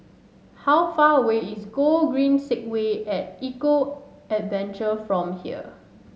how far away is Gogreen Segway at Eco Adventure from here